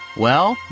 well,